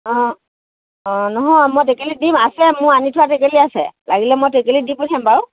অঁ অঁ নহয় মই টেকেলি দিম আছে মোৰ আনি থোৱা টেকেলি আছে লাগিলে মই টেকেলি দি পঠিয়াম বাৰু